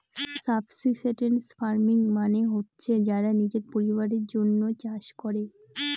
subsistence farming মানে হচ্ছে যারা নিজের পরিবারের জন্য চাষ করে